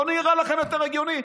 לא נראה לכם יותר הגיוני?